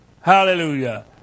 Hallelujah